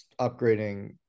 upgrading